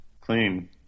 Clean